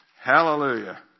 Hallelujah